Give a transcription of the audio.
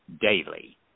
daily